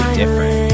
different